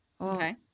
Okay